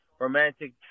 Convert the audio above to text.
romantic